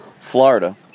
Florida